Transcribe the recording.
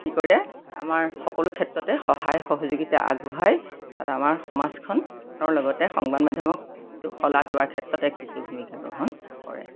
কি কৰে আমাৰ সকলো ক্ষেত্ৰতে সহায় সহযোগীতা আগবঢ়াই তাত আমাৰ সমাজখনৰ লগতে সংবাদ মাধ্যমকো শলাগ লোৱাৰ ক্ষেত্ৰত এক বিশেষ ভূমিকা গ্ৰহণ কৰে